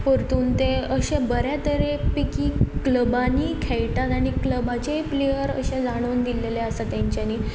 परतून ते अशे बऱ्या तरे पैकी क्लबांनी खेळटात आनी क्लबाचेय प्लेयर अशें जाणून दिलेलें आसा तेंच्यांनी